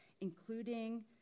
including